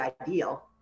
ideal